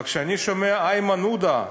כשאני שומע את איימן עודה,